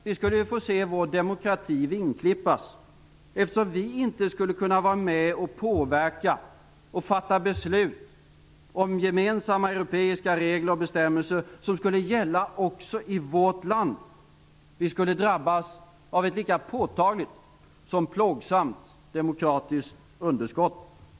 Vi skulle få se vår demokrati vingklippas, eftersom vi inte skulle kunna vara med och påverka och fatta beslut om gemensamma europeiska regler och bestämmelser som skulle gälla också i vårt land. Vi skulle drabbas av ett lika påtagligt som plågsamt demokratiskt underskott.